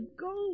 Go